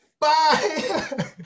Bye